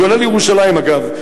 כולל ירושלים, אגב.